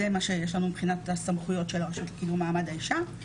זה מה שיש לנו מבחינת הסמכויות של הרשות לקידום מעמד האישה.